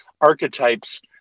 archetypes